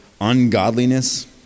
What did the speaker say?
ungodliness